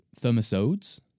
Thermosodes